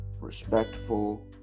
respectful